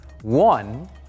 One